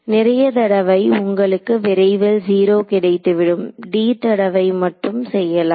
நிறைய தடவை உங்களுக்கு விரைவில் 0 கிடைத்துவிடும் d தடவை மட்டும் செய்யலாம்